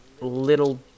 Little